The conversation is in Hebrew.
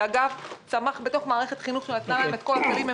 שאגב צמח בתוך מערכת חינוך שנתנה להם את כל הכלים.